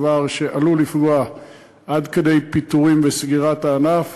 דבר שעלול לפגוע עד כדי פיטורים וסגירת הענף,